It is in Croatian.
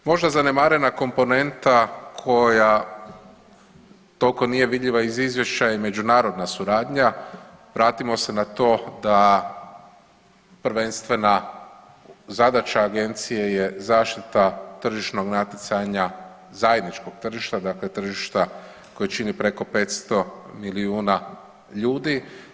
Možda zanemarena komponenta koja nije toliko vidljiva iz izvješća je međunarodna suradnja, vratimo se na to da prvenstvena zadaća agencije je zaštita tržišnog natjecanja zajedničkog tržišta, dakle tržišta koje čini preko 500 milijuna ljudi.